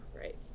right